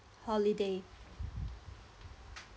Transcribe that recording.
holiday